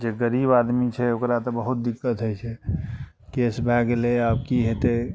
जे गरीब आदमी छै ओकरा तऽ बहुत दिक्कत होइत छै केस भए गेलै आब की होयतै